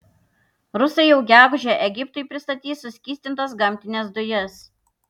rusai jau gegužę egiptui pristatys suskystintas gamtines dujas